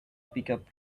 pickup